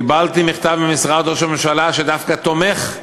קיבלתי מכתב ממשרד ראש הממשלה שדווקא תומך,